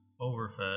overfed